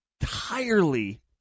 entirely